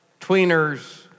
tweeners